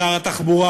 שר התחבורה,